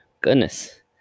goodness